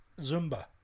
Zumba